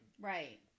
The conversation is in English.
right